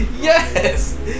yes